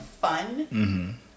fun